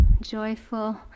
joyful